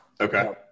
okay